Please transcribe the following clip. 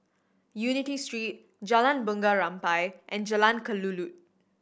Unity Street Jalan Bunga Rampai and Jalan Kelulut